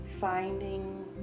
finding